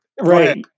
Right